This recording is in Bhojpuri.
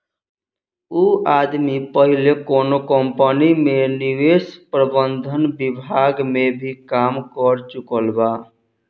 उ आदमी पहिले कौनो कंपनी में निवेश प्रबंधन विभाग में भी काम कर चुकल बा